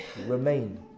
remain